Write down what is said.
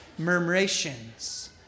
murmurations